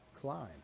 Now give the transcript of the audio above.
climb